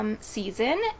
season